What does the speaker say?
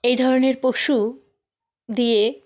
এই ধরনের পশু দিয়ে